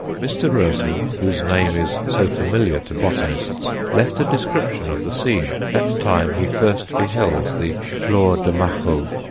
mr. roezl, whose name is so familiar to botanists, left a description of the scene that time he first beheld the flor de majo.